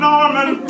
Norman